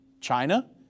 China